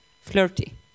flirty